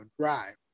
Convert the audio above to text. drive